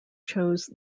chose